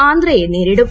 ആന്ധ്ര്യെ നേരിടും